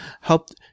helped